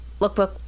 lookbook